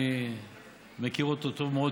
אני מכיר אותו טוב מאוד,